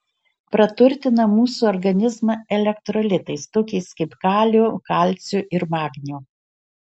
praturtina mūsų organizmą elektrolitais tokiais kaip kaliu kalciu ir magniu